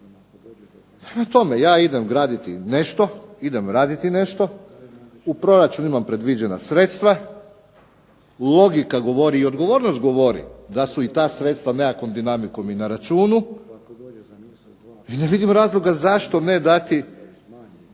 tome, ja idem graditi nešto, idem raditi nešto, u proračunu imam predviđena sredstva, logika govori i odgovornost govori da su i ta sredstva nekakvom dinamikom i na računu i ne vidim razloga zašto ne dati